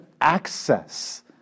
access